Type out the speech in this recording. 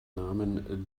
namen